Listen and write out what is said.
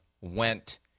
went